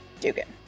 Dugan